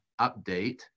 update